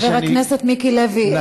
חבר הכנסת מיקי לוי,